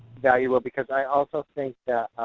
valuable, because i also think that